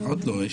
עוד לא.